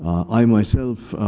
i myself